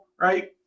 right